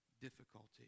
Difficulty